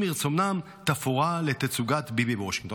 מרצונם תפאורה לתצוגת ביבי בוושינגטון".